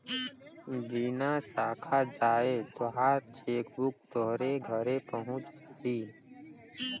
बिना साखा जाए तोहार चेकबुक तोहरे घरे पहुच जाई